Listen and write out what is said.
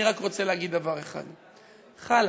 אני רק רוצה להגיד דבר אחד: חלאס.